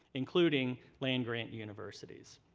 including land-grant universities.